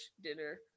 dinner